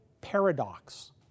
Paradox